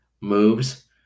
moves